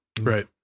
Right